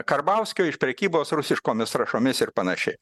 karbauskio iš prekybos rusiškomis trąšomis ir panašiai